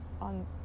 on